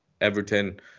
Everton